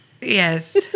Yes